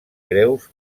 greus